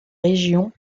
régions